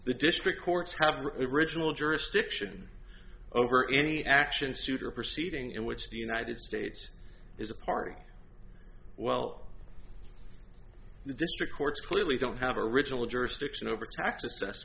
the district courts having riginal jurisdiction over any action suit or proceeding in which the united states is a party well the district courts clearly don't have a original jurisdiction over tax